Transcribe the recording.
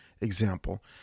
example